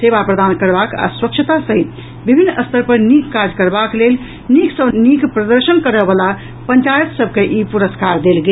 सेवा प्रदान करबाक आ स्वच्छता सहित विभिन्न स्तर पर नीक काज करबाक लेल नीक सँ नीक प्रदर्शन करय वला पंचायत सभ के ई पुरस्कार देल गेल